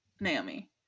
Naomi